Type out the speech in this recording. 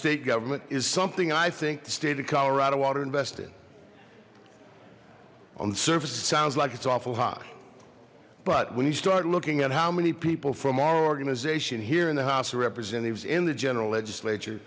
state government is something i think the state of colorado water invested on the surface it sounds like it's awful hot but when you start looking at how many people from our organization here in the house of representatives in the general legislature